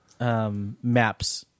maps